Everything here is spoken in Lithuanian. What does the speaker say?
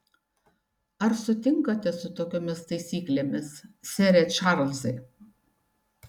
ar sutinkate su tokiomis taisyklėmis sere čarlzai